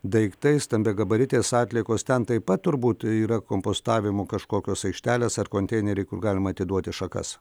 daiktai stambiagabaritės atliekos ten taip pat turbūt yra kompostavimo kažkokios aikštelės ar konteineriai kur galima atiduoti šakas